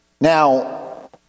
Now